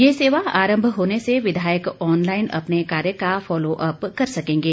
ये सेवा आरम्भ होने से विधायक ऑनलाइन अपने कार्य का फॉलो अप कर सकेंगे